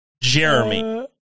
Jeremy